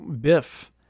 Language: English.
Biff